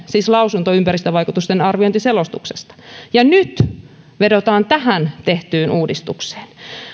siis lausunnon ympäristövaikutusten arviointiselostuksesta liittämistä hakemukseen ja nyt vedotaan tähän tehtyyn uudistukseen